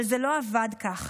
אבל זה לא עבד ככה.